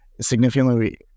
Significantly